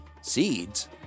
Seeds